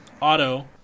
auto